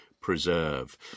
preserve